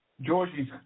Georgie's